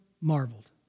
Marveled